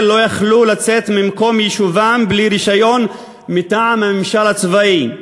לא היו יכולים לצאת ממקום יישובם בלי רישיון מטעם הממשל הצבאי.